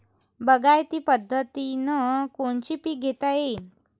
बागायती पद्धतीनं कोनचे पीक घेता येईन?